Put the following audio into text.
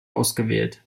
ausgewählt